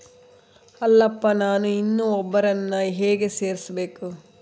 ಅಲ್ಲಪ್ಪ ನಾನು ಇನ್ನೂ ಒಬ್ಬರನ್ನ ಹೇಗೆ ಸೇರಿಸಬೇಕು?